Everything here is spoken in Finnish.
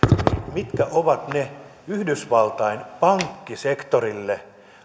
mitkä ovat ne yhdysvaltain sanktiot pankkisektorille